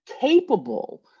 capable